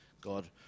God